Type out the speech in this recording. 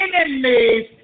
enemies